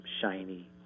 shiny